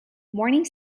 morning